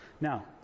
now